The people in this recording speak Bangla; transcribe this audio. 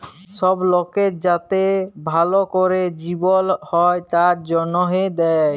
সব লকের যাতে ভাল ক্যরে জিবল হ্যয় তার জনহে দেয়